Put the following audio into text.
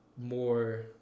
more